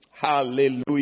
Hallelujah